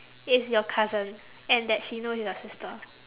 is your cousin and that she know your sister